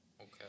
Okay